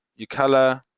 you colour.